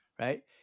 right